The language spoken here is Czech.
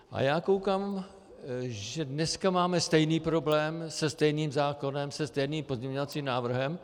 A koukám, že dneska máme stejný problém, se stejným zákonem, se stejným pozměňovacím návrhem.